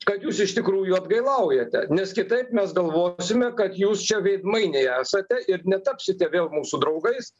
kad jūs iš tikrųjų atgailaujate nes kitaip mes galvosime kad jūs čia veidmainiai esate ir netapsite vėl mūsų draugais